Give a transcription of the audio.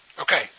Okay